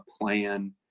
plan